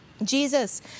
Jesus